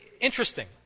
interesting